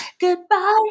goodbye